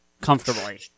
comfortably